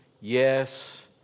yes